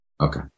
Okay